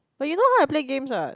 but you know how I play games what